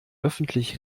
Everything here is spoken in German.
öffentlich